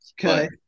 Okay